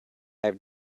have